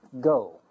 go